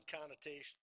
connotation